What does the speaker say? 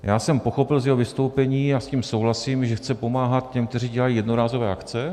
Já jsem pochopil z jeho vystoupení, a s tím souhlasím, že chce pomáhat těm, kteří dělají jednorázové akce.